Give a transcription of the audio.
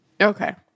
Okay